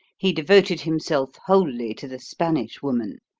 he devoted himself wholly to the spanish woman,